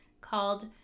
called